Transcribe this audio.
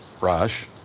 Rush